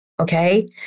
Okay